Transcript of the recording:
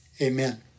Amen